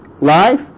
Life